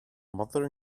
mother